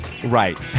Right